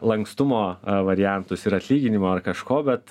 lankstumo variantus ir atlyginimu ar kažko bet